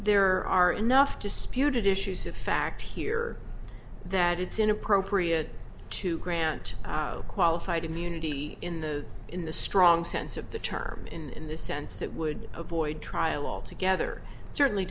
there are enough disputed issues of fact here that it's inappropriate to grant qualified immunity in the in the strong sense of the term in the sense that would avoid trial altogether certainly